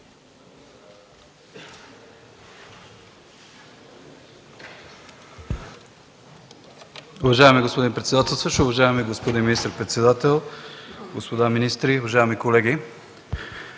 Уважаеми господин председател, уважаеми господин министър-председател, господа министри, уважаеми колеги!